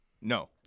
No